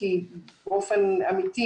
באופן אמיתי,